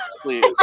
please